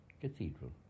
cathedral